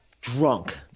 drunk